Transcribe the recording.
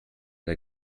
der